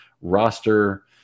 roster